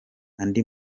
andi